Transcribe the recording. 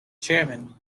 chairman